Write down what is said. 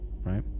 right